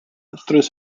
through